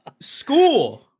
school